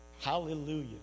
Hallelujah